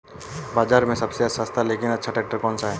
बाज़ार में सबसे सस्ता लेकिन अच्छा ट्रैक्टर कौनसा है?